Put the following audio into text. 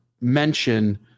mention